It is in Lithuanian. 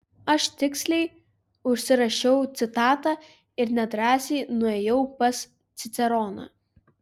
aš tiksliai užsirašiau citatą ir nedrąsiai nuėjau pas ciceroną